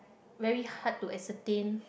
very hard to ascertain